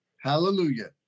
Hallelujah